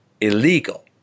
illegal